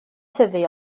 tyfu